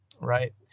right